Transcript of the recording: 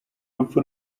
rupfu